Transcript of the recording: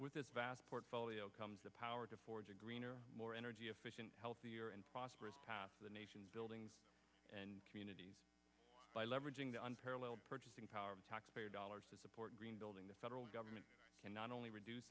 with this vast portfolio comes the power to forge a greener more energy efficient healthier and prosperous the nation's buildings and communities by leveraging the unparalleled purchasing power of taxpayer dollars to support green building the federal government can not only reduce